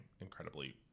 incredibly